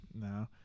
no